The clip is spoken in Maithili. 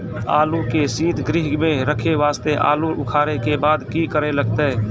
आलू के सीतगृह मे रखे वास्ते आलू उखारे के बाद की करे लगतै?